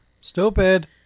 Stupid